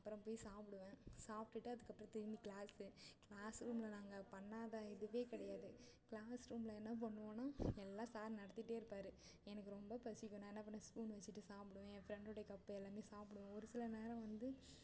அப்புறம் போய் சாப்பிடுவேன் சாப்பிட்டுட்டு அதுக்கப்புறம் திரும்பி க்ளாஸு க்ளாஸ் ரூமில் நாங்கள் பண்ணாத இதுவே கிடையாது க்ளாஸ் ரூமில் என்ன பண்ணுவோன்னால் எல்லாம் சார் நடத்திகிட்டே இருப்பார் எனக்கு ரொம்ப பசிக்கும் நான் என்ன பண்ணுவேன் ஸ்பூன் வச்சிட்டு சாப்பிடுவேன் என் ஃப்ரெண்டுடைய கப்பு எல்லாமே சாப்பிடுவேன் ஒரு சில நேரம் வந்து